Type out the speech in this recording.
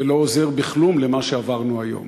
זה לא עוזר בכלום למה שעברנו היום.